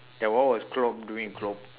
that one was cloke doing cloke